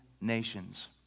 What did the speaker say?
nations